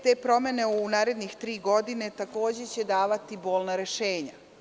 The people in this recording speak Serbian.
Te promene u naredne tri godine takođe će davati bolna rešenja.